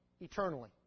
eternally